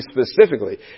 specifically